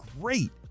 great